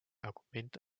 argument